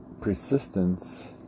persistence